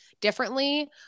differently